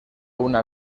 una